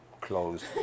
closed